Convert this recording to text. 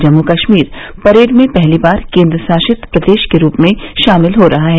Jammu Kashmir parade में पहली बार केन्द्रशासित प्रदेश के रूप में शामिल हो रहा है